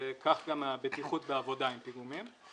וכך גם הבטיחות בעבודה עם פיגומים.